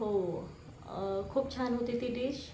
हो खूप छान होती ती डिश